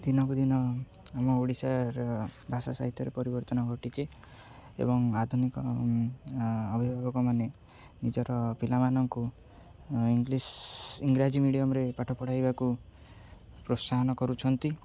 ଦିନକୁ ଦିନ ଆମ ଓଡ଼ିଶାର ଭାଷା ସାହିତ୍ୟରେ ପରିବର୍ତ୍ତନ ଘଟିଛି ଏବଂ ଆଧୁନିକ ଅଭିଭାବକ ନିଜର ପିଲାମାନଙ୍କୁ ଇଂଲିଶ ଇଂରାଜୀ ମିଡ଼ିୟମରେ ପାଠ ପଢ଼ାଇବାକୁ ପ୍ରୋତ୍ସାହନ କରୁଛନ୍ତି